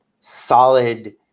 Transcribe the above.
solid